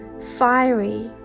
fiery